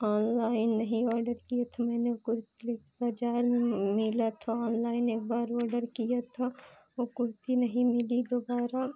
online नहीं order किया था मैंने कुर्ती बाज़ार में मि मिला था ओनलाइन एक बार ओडर किया था वह कुर्ती नहीं मिली दुबारा